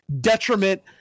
detriment